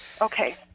Okay